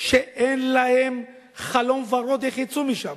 שאין להן חלום ורוד איך יצאו משם.